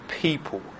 people